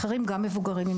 גם מבוגרים.